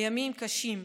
הימים קשים.